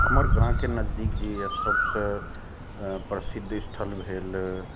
हमर गाँवके नजदीक जे यए सब सऽ प्रसिद्ध स्थल भेल